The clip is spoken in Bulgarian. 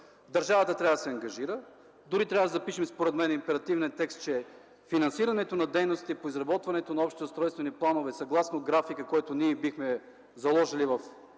Държавата трябва да се ангажира. Дори трябва да запишем според мен императивния текст, че финансирането на дейностите по изработването на общи устройствени планове съгласно графика, който бихме заложили в